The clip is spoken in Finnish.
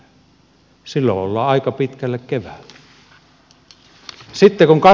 silloin ollaan aika pitkällä keväällä